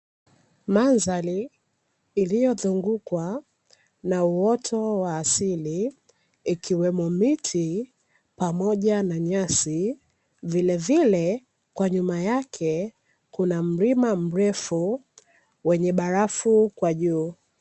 Mandhari iliyozungukwa na uoto wa asili ikiwemo miti pamoja na nyasi vilevile kwa nyuma yake kuna milima mrefu wenye barafu kwa juu.